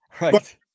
Right